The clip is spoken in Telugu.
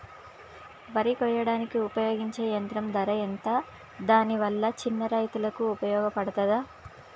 వరి కొయ్యడానికి ఉపయోగించే యంత్రం ధర ఎంత దాని వల్ల చిన్న రైతులకు ఉపయోగపడుతదా?